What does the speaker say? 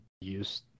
use